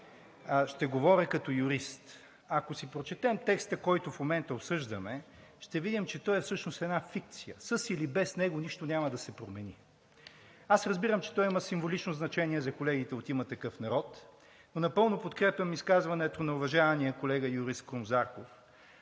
ще говоря като юрист. Ако си прочетем текста, който в момента обсъждаме, ще видим, че той е всъщност една фикция. Със или без него, нищо няма да се промени. Аз разбирам, че той има символично значение за колегите от „Има такъв народ“, но напълно подкрепям изказването на уважаемия колега юрист Крум Зарков.